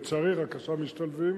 לצערי רק עכשיו משתלבים,